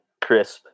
crisp